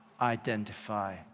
identify